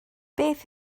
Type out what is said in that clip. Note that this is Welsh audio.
beth